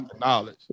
knowledge